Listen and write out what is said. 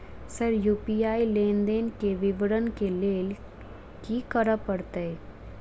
Sir UPI लेनदेन केँ विवरण केँ लेल की करऽ परतै?